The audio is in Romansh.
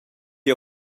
jeu